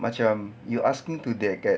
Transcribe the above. macam you ask me to get a guard